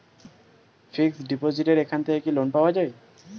Fix ডিপোজিটের এখান থেকে কি লোন পাওয়া যায়?